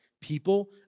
people